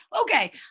Okay